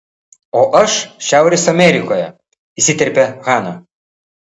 o aš šiaurės amerikoje įsiterpia hana